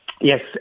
Yes